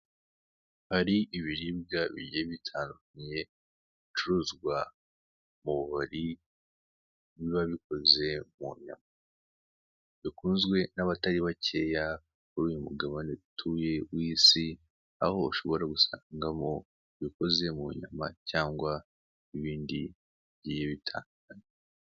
Hari ibiribwa bigiye bitandukanye bicuruzwa mu bubari biba bikoze mu nyama. Bikunzwe n'abatari bakeya kuri uyu mugabane dutuye w'iyi si, aho ushobora gusangamo ibikoze mu nyama cyangwa ibindi bigiye bitandukanye.